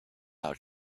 out